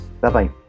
Bye-bye